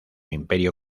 imperio